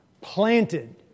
planted